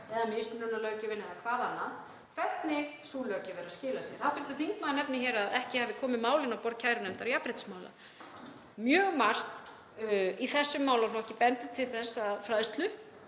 eða mismununarlöggjöf eða hvað annað, hvernig sú löggjöf er að skila sér. Hv. þingmaður nefnir hér að ekki hafi komið mál inn á borð kærunefndar jafnréttismála. Mjög margt í þessum málaflokki bendir til þess að fræðslu